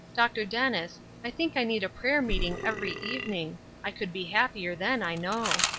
dr. dennis, i think i need a prayer-meeting every evening i could be happier then, i know.